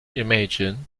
imagine